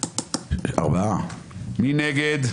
מי נגד?